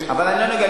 אבל העניין הוא,